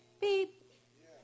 Beep